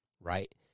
Right